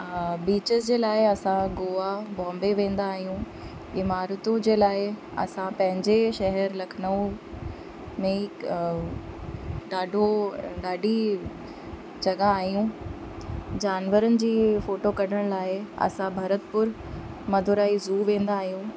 beaches जे लाइ असां गोवा बोम्बे वेंदा आहियूं इमारतूं जे लाइ असां पंहिंजे शहर लखनऊ में ई ॾाढो ॾाढी जॻह आहियूं जानवरनि जी फोटो कढण लाइ असां भरतपुर मधुराई ज़ू वेंदा आहियूं